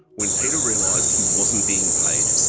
when peter realised he wasn't being paid,